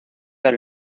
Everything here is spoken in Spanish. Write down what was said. del